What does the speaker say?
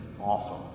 awesome